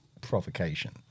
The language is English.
provocation